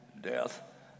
death